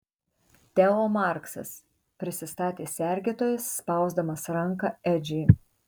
teo marksas prisistatė sergėtojas spausdamas ranką edžiui